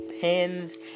pins